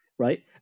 Right